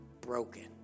broken